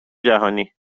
جهانی